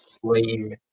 flame